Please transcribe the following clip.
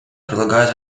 предлагает